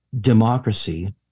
democracy